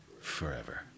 forever